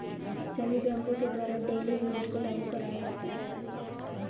सभी बैंकों के द्वारा डेली लिमिट को लागू कराया जाता है